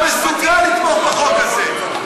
לא מסוגל לתמוך בחוק הזה.